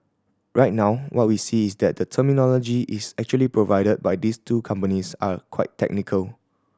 right now what we see is that the terminology is actually provided by these two companies are quite technical